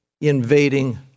invading